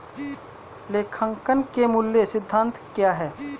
लेखांकन के मूल सिद्धांत क्या हैं?